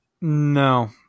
no